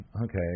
Okay